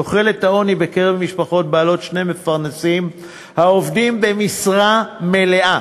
תחולת העוני בקרב משפחות בעלות שני מפרנסים העובדים במשרה מלאה